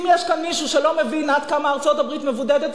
ואם יש כאן מישהו שלא מבין עד כמה ארצות-הברית מבודדת